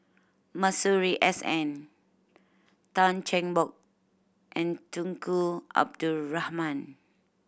Masuri S N Tan Cheng Bock and Tunku Abdul Rahman